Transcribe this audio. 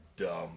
dumb